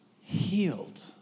healed